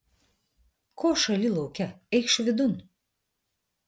ko šąli lauke eikš vidun